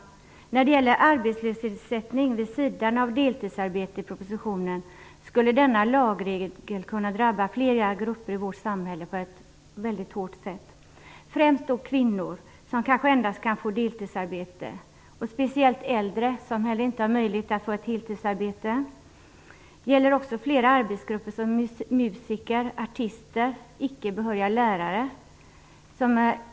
Propositionens förslag om arbetslöshetsersättning vid sidan av deltidsarbete skulle kunna drabba flera grupper i vårt samhälle väldigt hårt. Främst gäller det kvinnor som kanske endast kan få deltidsarbete och även äldre som heller inte har möjlighet att få ett heltidsarbete. Det gäller också flera yrkesgrupper såsom musiker, artister och icke behöriga lärare.